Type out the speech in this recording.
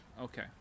Okay